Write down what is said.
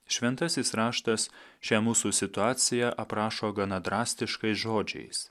šventasis raštas šią mūsų situaciją aprašo gana drastiškais žodžiais